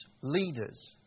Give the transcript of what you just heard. leaders